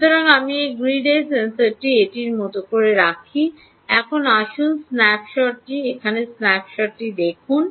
সুতরাং আমি grid eye সেন্সরটি এটির মতো রাখি এখন আসুন স্ন্যাপশটটি এখানে স্ন্যাপশটটি দেখুন